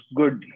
good